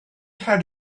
had